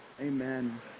Amen